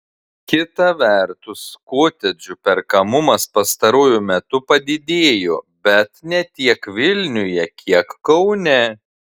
kita vertus kotedžų perkamumas pastaruoju metu padidėjo bet ne tiek vilniuje kiek kaune